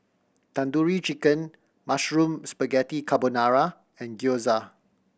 Tandoori Chicken Mushroom Spaghetti Carbonara and Gyoza